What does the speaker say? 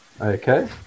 Okay